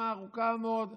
רשימה ארוכה מאוד.